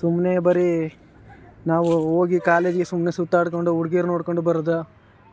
ಸುಮ್ಮನೆ ಬರೀ ನಾವು ಹೋಗಿ ಕಾಲೇಜಿಗೆ ಸುಮ್ಮನೆ ಸುತ್ತಾಡಿಕೊಂಡು ಹುಡ್ಗೀರು ನೋಡಿಕೊಂಡು ಬರೋದ